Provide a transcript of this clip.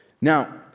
Now